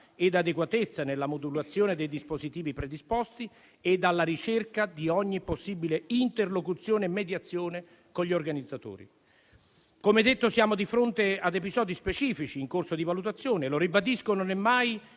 e adeguatezza nella modulazione dei dispositivi predisposti e alla ricerca di ogni possibile interlocuzione e mediazione con gli organizzatori. Come detto, siamo di fronte a episodi specifici in corso di valutazione e - lo ribadisco - non è mai